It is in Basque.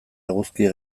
eguzki